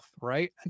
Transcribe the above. Right